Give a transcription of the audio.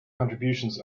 contributions